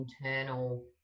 internal